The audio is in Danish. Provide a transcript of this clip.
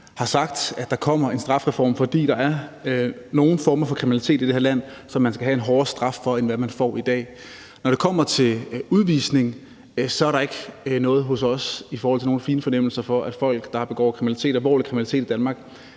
har sagt, at der kommer en strafreform. Det er, fordi der er nogle former for kriminalitet i det her land, som man skal have en hårdere straf for, end hvad man får i dag. Når det kommer til udvisning, er der ikke nogen fine fornemmelser hos os, i forhold til at folk, der begår alvorlig kriminalitet i Danmark,